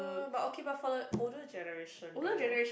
no but okay but for the older generation though